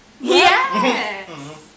Yes